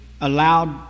allowed